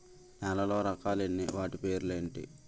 నేలలో రకాలు ఎన్ని వాటి పేర్లు ఏంటి?